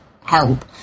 help